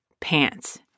Pants